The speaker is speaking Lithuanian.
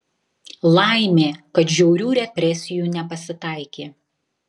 laimė kad žiaurių represijų nepasitaikė